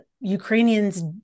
Ukrainians